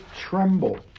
tremble